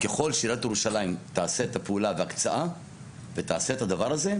וככל שעיריית ירושלים תעשה את הדבר הזה,